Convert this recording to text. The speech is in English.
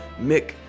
Mick